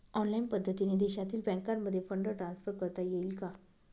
Online पद्धतीने देशातील बँकांमध्ये फंड ट्रान्सफर करता येईल का?